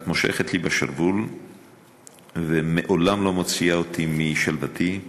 את מושכת לי בשרוול ומעולם לא מוציאה אותי משלוותי,